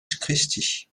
christi